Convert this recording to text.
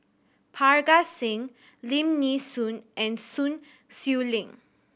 Parga Singh Lim Nee Soon and Sun Xueling